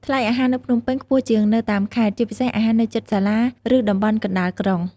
ថ្លៃអាហារនៅភ្នំពេញខ្ពស់ជាងនៅតាមខេត្ត ជាពិសេសអាហារនៅជិតសាលា ឬតំបន់កណ្ដាលក្រុង។